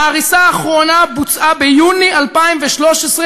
ההריסה האחרונה בוצעה ביוני 2013,